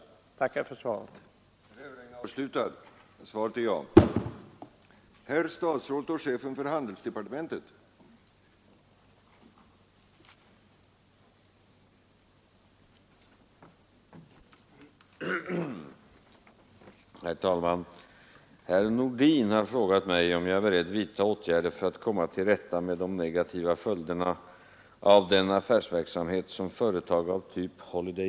Jag tackar än en gång för svaret.